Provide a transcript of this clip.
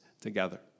together